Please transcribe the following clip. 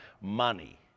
money